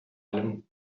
allem